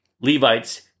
Levites